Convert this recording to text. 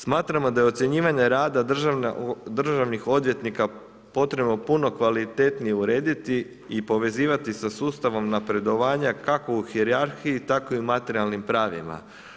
Smatramo da je ocjenjivanje rada državnih odvjetnika potrebno puno kvalitetnije urediti i povezivati sa sustavom napredovanja kako u hijerarhiji, tako i u materijalnim pravima.